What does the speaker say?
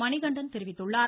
மணிகண்டன் தெரிவித்துள்ளார்